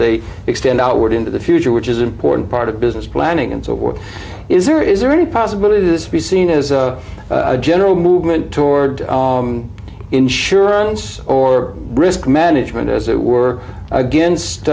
they extend outward into the future which is an important part of business planning and so forth is there is there any possibility this be seen as a general movement toward insurance or risk management as it were against